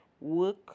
work